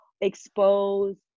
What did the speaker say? expose